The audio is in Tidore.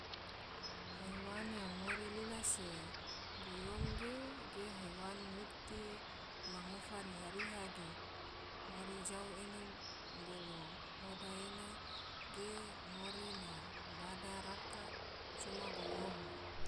Haiwan yang ngori lila se goyom ge haiwan nguti ma ngofa riha-riha ge, ngori jau ene bolo hoda ene ge ngori na bada raka coma goyom.